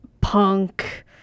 punk